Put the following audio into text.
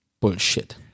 bullshit